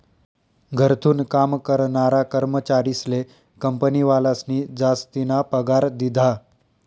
घरथून काम करनारा कर्मचारीस्ले कंपनीवालास्नी जासतीना पगार दिधा